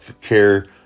care